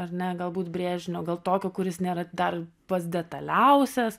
ar ne galbūt brėžinio gal tokio kuris nėra dar pats detaliausias